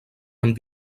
amb